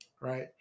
right